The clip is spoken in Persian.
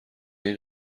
این